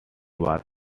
was